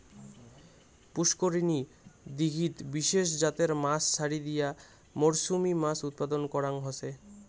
পুষ্করিনী, দীঘিত বিশেষ জাতের মাছ ছাড়ি দিয়া মরসুমী মাছ উৎপাদন করাং হসে